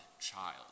child